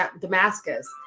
Damascus